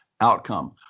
outcome